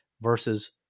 versus